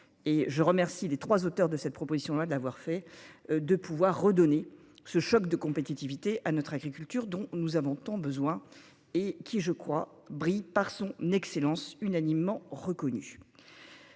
je remercie les 3 auteurs de cette proposition là d'avoir fait de pouvoir redonner ce choc de compétitivité à notre agriculture dont nous avons tant besoin, et qui je crois brille par son excellence unanimement reconnu.